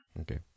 Okay